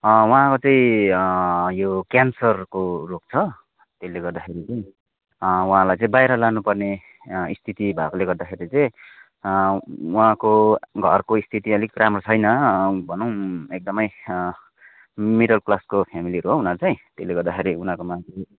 उहाँको चाहिँ यो क्यानसरको रोग छ त्यसले गर्दाखेरि चाहिँ उहाँलाई चाहिँ बाहिर लानुपर्ने स्थिति भएकोले गर्दाखेरि चाहिँ उहाँको घरको स्थिति अलिक राम्रो छैन भनौँ एकदमै मिडलक्लासको फेमिलीको हो उनीहरू चाहिँ त्यसल गर्दाखेरि उनाहरूकोमा